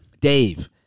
Dave